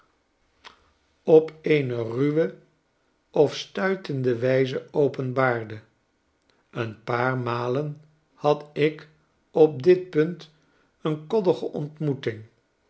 op eene ruwe of stuitende wijze openbaarde een paar malen had ik op dit punt een koddige ontmoeting